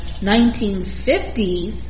1950s